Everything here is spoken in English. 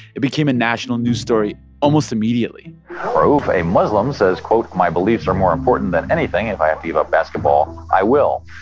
it became a national news story almost immediately rauf, a muslim, says, quote, my beliefs are more important than anything. if i have to give up basketball, i will,